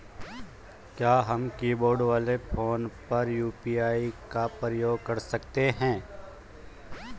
क्या हम कीबोर्ड वाले फोन पर यु.पी.आई का प्रयोग कर सकते हैं?